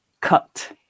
cut